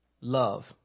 love